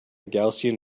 gaussian